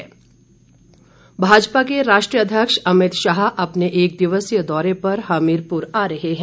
अमित शाह भाजपा के राष्ट्रीय अध्यक्ष अमित शाह अपने एक दिवसीय दौरे पर हमीरपुर आ रहे हैं